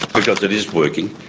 because it is working.